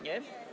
Nie?